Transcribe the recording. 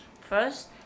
First